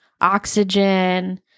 Oxygen